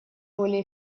более